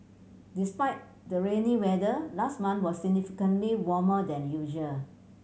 despite the rainy weather last month was significantly warmer than usual